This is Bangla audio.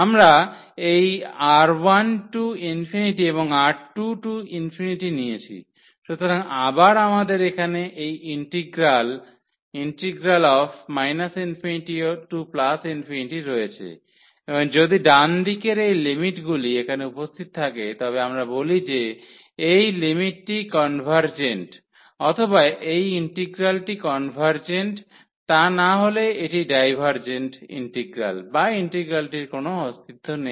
আমরা এই R1→∞ এবং R2→∞ নিয়েছি সুতরাং আবার আমাদের এখানে এই ইন্টিগ্রাল ∞ রয়েছে এবং যদি ডানদিকের এই লিমিটগুলি এখানে উপস্থিত থাকে তবে আমরা বলি যে এই লিমিটটি কনভার্জেন্ট অথবা এই ইন্টিগ্রালটি কনভার্জেন্ট তা না হলে এটি ডাইভারজেন্ট ইন্টিগ্রাল বা ইন্টিগ্রালটির কোন অস্তিত্ব নেই